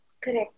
correct